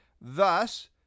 Thus